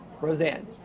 Roseanne